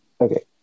Okay